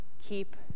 keep